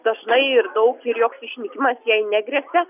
dažnai ir daug ir joks išnykimas jai negresia